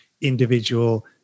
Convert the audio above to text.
individual